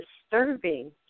disturbing